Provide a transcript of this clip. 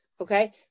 okay